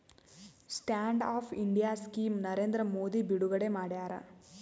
stand up India scheme Narendra Modi ಬಿಡುಗಡೆ ಮಾಡ್ಯಾರ